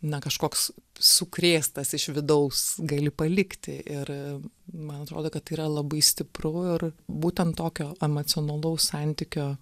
na kažkoks sukrėstas iš vidaus gali palikti ir man atrodo kad tai yra labai stipru ir būtent tokio emocionalaus santykio